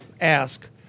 ask